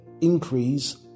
increase